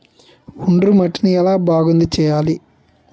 ఒండ్రు మట్టిని ఎలా బాగుంది చేయాలి?